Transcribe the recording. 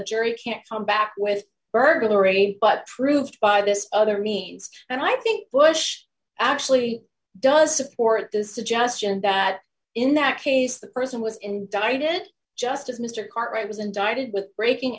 jury can't come back with burglary but proved by this other means and i think bush actually does support the suggestion that in that case the person was indicted just as mr cartwright was indicted with breaking